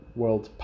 world